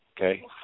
Okay